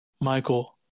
Michael